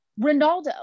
Ronaldo